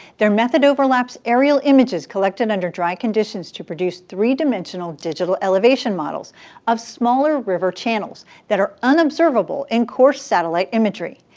their method overlaps aerial images collected under dry conditions to produce three-dimensional digital elevation models of smaller river channels that are unobservable in coarse satellite imagery.